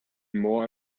more